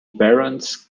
barons